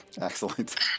Excellent